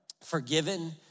forgiven